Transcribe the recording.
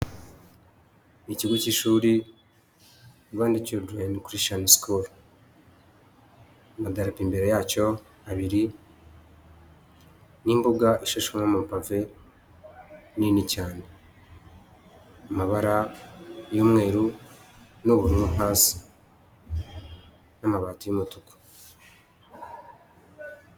Ikigo cy'ishuri, Rwanda children chritian school, amadarapo imbere yacyo abiri n'imbuga ishashemo amapave nini cyane, amabara y'umweru n'ubururu hasi n'amabati y'umutuku.